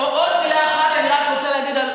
עוד מילה אחת אני רק רוצה להגיד,